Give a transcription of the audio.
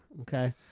Okay